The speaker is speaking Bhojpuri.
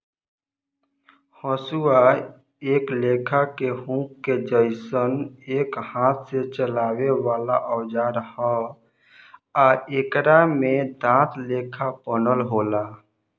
हसुआ एक लेखा के हुक के जइसन एक हाथ से चलावे वाला औजार ह आ एकरा में दांत लेखा बनल होला